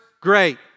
great